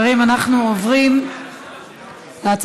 אם אני עולה לענות, אני נגד.